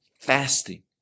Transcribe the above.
fasting